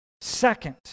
Second